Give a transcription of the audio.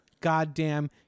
goddamn